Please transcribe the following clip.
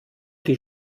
die